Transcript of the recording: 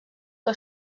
que